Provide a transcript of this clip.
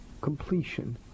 completion